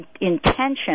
intention